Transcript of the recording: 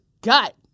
gut